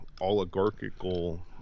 oligarchical